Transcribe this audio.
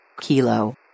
Kilo